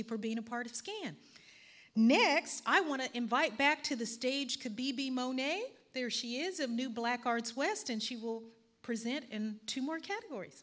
you for being a part of scan next i want to invite back to the stage could b b monet there she is in new black arts west and she will present in two more categor